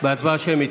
הצבעה שמית,